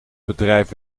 bedrijf